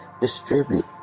distribute